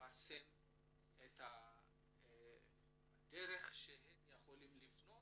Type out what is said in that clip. לפרסם את הדרך שהם יכולים לפנות